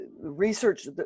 research